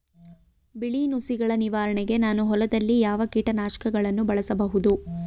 ಬಿಳಿ ನುಸಿಗಳ ನಿವಾರಣೆಗೆ ನಾನು ಹೊಲದಲ್ಲಿ ಯಾವ ಕೀಟ ನಾಶಕವನ್ನು ಬಳಸಬಹುದು?